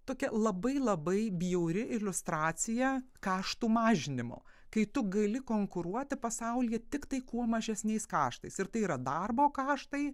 tokia labai labai bjauri iliustracija kaštų mažinimo kai tu gali konkuruoti pasaulyje tiktai kuo mažesniais kaštais ir tai yra darbo kaštai